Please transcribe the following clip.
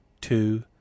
two